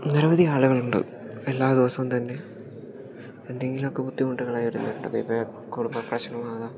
നിരവധിയാളുകളുണ്ട് എല്ലാ ദിവസവും തന്നെ എന്തെങ്കിലുമൊക്കെ ബുദ്ധിമുട്ടുകൾ ആയിട്ട് കുടുംബ പ്രശ്നമാകാം